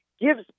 gives